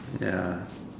ya